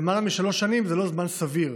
למעלה משלוש שנים זה לא זמן סביר